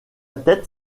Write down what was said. tête